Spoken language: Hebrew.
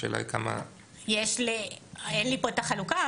השאלה היא כמה --- אין לי פה את החלוקה,